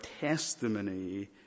testimony